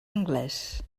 anglès